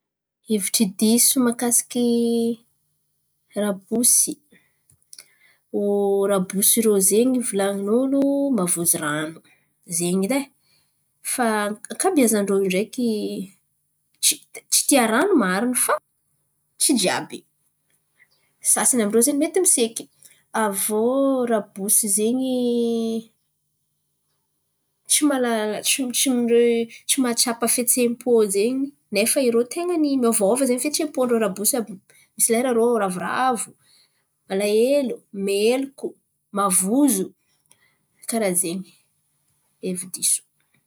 Hevitry diso mahakasiky rabosy, rabosy irô volanin'olo mavozo ran̈o zen̈y edy ai. Fa ankabeazan̈y ireo io ndraiky tsy tia, ran̈o marin̈y fa tsy jiàby. Sasan̈y am'rô zen̈y mety miseky, aviô rabosy zen̈y tsy mahatsapa fihetsem-pô zen̈y nefa irô ten̈a miôva zen̈y fihetsem-pô ndrô rabosy àby io. Misy lera zen̈y irô ravoravo, malahelo, meloko, mavozo ka zen̈y hevi-diso.